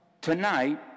tonight